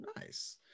Nice